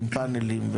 עם פאנלים,